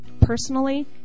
Personally